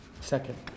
Second